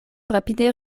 rapide